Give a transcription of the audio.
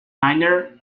niner